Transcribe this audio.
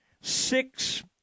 six